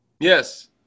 Yes